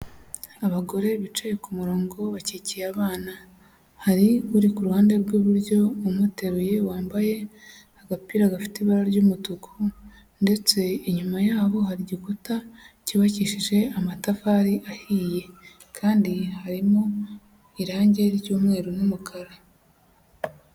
Abagore bicaye ku murongo bakikiye abana, hari uri ku ruhande rw'iburyo umuteruye wambaye agapira gafite ibara ry'umutuku ndetse inyuma yabo hari igikuta cyubakishije amatafari ahiye. Kandi harimo irange ry'umweru n'umukara.